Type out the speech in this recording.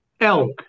Elk